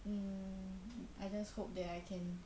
mm I just hope that I can